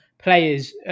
players